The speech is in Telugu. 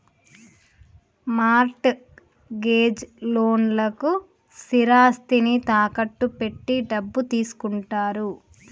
మార్ట్ గేజ్ లోన్లకు స్థిరాస్తిని తాకట్టు పెట్టి డబ్బు తీసుకుంటారు